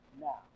now